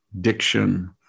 diction